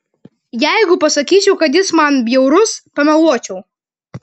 jeigu pasakyčiau kad jis man bjaurus pameluočiau